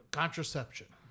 contraception